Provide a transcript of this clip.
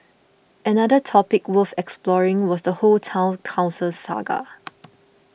another topic worth exploring was the whole Town Council saga